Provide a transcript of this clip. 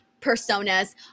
personas